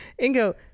ingo